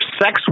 Sex